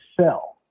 sell